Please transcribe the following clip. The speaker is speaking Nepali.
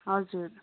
हजुर